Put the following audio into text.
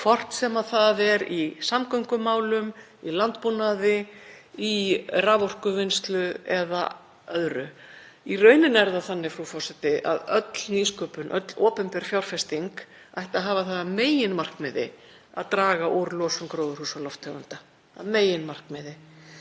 hvort sem það er í samgöngumálum, í landbúnaði, í raforkuvinnslu eða öðru. Í rauninni er það þannig að öll nýsköpun, öll opinber fjárfesting, ætti að hafa það að meginmarkmiði að draga úr losun gróðurhúsalofttegunda, að meginmarkmiði.